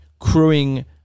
crewing